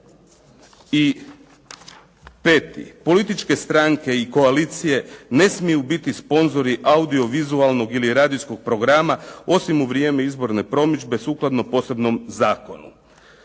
35.: "Političke stranke i koalicije ne smiju biti sponzori audio-vizualnog ili radijskog programa osim u vrijeme izborne promidžbe sukladno posebnom zakonu."